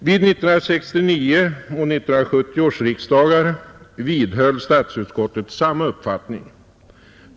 Vid 1969 och 1970 års riksdagar vidhöll statsutskottet samma uppfattning.